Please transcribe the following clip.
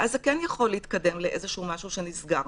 ואז זה כן יכול להתקדם למשהו שנסגר.